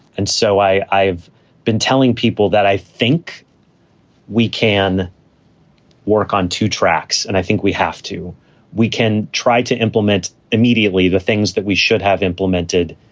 and so i i have been telling people that i think we can work on two tracks. and i think we have to we can try to implement immediately the things that we should have implemented.